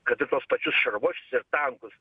kad ir tuos pačius šarvuočius ir tankus